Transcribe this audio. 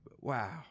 wow